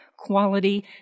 Quality